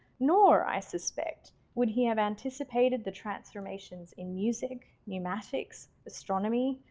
nor i suspect would he have anticipated the transformations in music, pneumatics, astronomy,